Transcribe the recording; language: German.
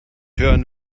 hören